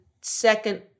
second